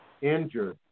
injured